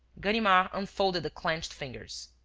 ganimard unfolded the clenched fingers.